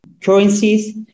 currencies